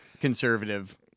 conservative